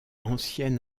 ancien